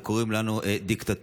וקוראים לנו דיקטטורה.